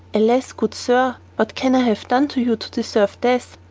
alas, good sir, what can i have done to you to deserve death?